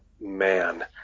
man